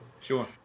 Sure